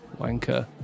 wanker